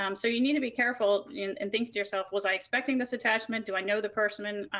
um so you need to be careful and think to yourself, was i expecting this attachment? do i know the person?